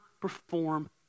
perform